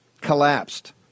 collapsed